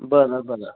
बरं बरं